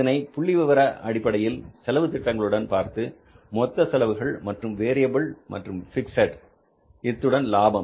இதை புள்ளிவிவர அடிப்படையில் செலவு திட்டங்களுடன் பார்த்து மொத்த செலவுகள் மற்றும் வேரியபில் மற்றும் பிக்ஸட் மற்றும் லாபம்